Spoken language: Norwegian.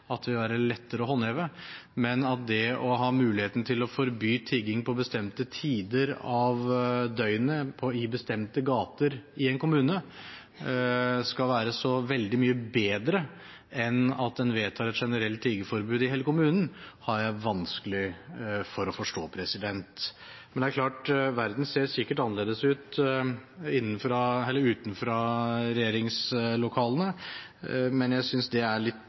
det vil være lettere å håndheve, men at det å ha muligheten til å forby tigging på bestemte tider av døgnet i bestemte gater i en kommune skal være så veldig mye bedre enn at en vedtar et generelt tiggeforbud i hele kommunen, har jeg vanskelig for å forstå. Men verden ser sikkert annerledes ut utenfra regjeringslokalene, men jeg synes det er litt